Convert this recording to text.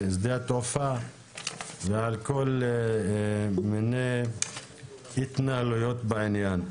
שדה התעופה ועל כל מיני התנהלויות בעניין.